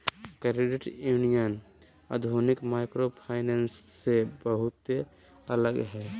credit union आधुनिक microfinance से बहुते अलग हय